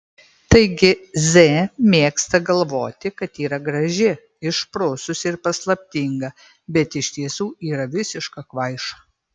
taigi z mėgsta galvoti kad yra graži išprususi ir paslaptinga bet iš tiesų yra visiška kvaiša